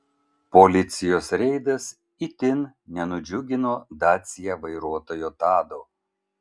policijos reidas itin nenudžiugino dacia vairuotojo tado